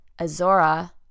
Azora